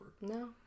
No